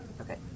Okay